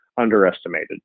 underestimated